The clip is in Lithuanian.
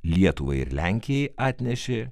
lietuvai ir lenkijai atnešė